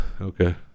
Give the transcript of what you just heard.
Okay